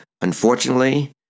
Unfortunately